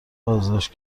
بازداشت